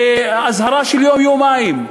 באזהרה של יום-יומיים.